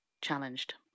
challenged